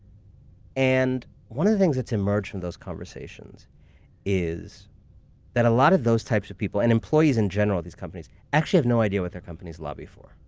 and one of the things that's emerged from those conversations is that a lot of those types of people, and employees in general at these companies actually have no idea what their companies lobby for.